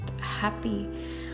happy